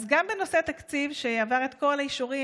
אז גם בנושא התקציב שעבר את כל האישורים